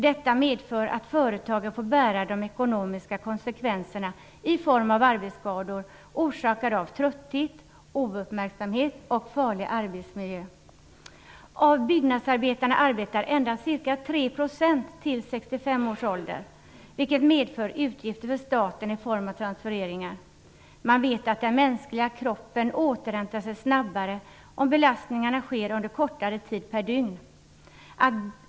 Detta medför att företagen får bära de ekonomiska konsekvenserna av arbetsskador orsakade av trötthet, ouppmärksamhet och farlig arbetsmiljö. Av byggnadsarbetarna arbetar endast ca 3 % fram till 65 års ålder. Det medför utgifter för staten i form av transfereringar. Man vet att den mänskliga kroppen återhämtar sig snabbare om belastningarna sker under kortare tid per dygn.